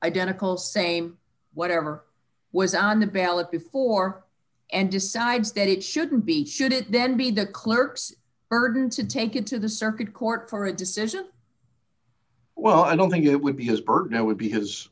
identical same whatever was on the ballot before and decides that it shouldn't be should it then be the clerk's burden to take it to the circuit court for a decision well i don't think it would be as bert now would because